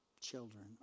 children